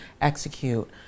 execute